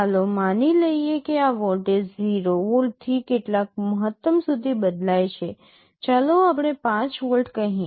ચાલો માની લઈએ કે આ વોલ્ટેજ 0 વોલ્ટથી કેટલાક મહત્તમ સુધી બદલાય છે ચાલો આપણે ૫ વોલ્ટ કહીએ